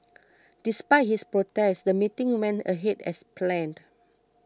despite his protest the meeting went ahead as planned